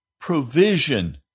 provision